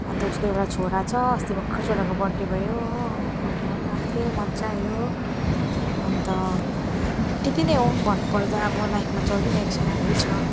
अन्त उसको एउटा छोरा छ अस्ति भर्खर छोराको बर्थडे भयो हो बर्थडेमा पनि गएको थिएँ मजा आयो अन्त त्यति नै हो अब भन्नुपर्दा लाइफमा चलिरहेको छ राम्रै छ